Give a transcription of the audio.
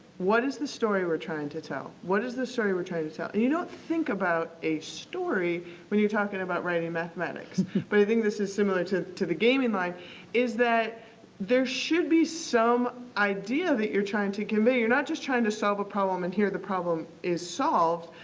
what is the story we're trying to tell? what is the story we're trying to tell? and, you don't think about a story when you're talking about writing mathematics but i think this is similar to to the gaming line is that there should be some idea that you're trying to convey. you're not just trying to solve a problem and here the problem is solved,